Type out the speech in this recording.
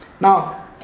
Now